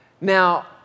Now